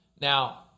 Now